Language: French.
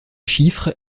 chiffres